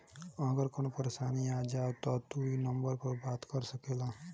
अगर कवनो परेशानी आ जाव त तू ई नम्बर पर बात कर सकेल